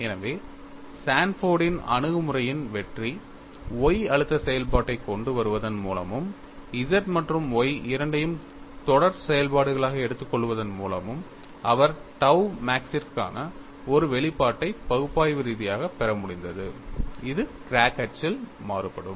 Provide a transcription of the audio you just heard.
எனவே சான்போர்டின் Sanford's அணுகுமுறையின் வெற்றி Y அழுத்த செயல்பாட்டை கொண்டு வருவதன் மூலமும் Z மற்றும் Y இரண்டையும் தொடர் செயல்பாடுகளாக எடுத்துக்கொள்வதன் மூலமும் அவர் tau மேக்ஸிற்கான ஒரு வெளிப்பாட்டைப் பகுப்பாய்வு ரீதியாக பெற முடிந்தது இது கிராக் அச்சில் மாறுபடும்